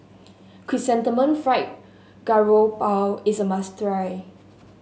Chrysanthemum Fried Garoupa is a must try